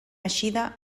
eixida